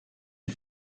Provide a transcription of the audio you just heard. ist